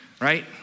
right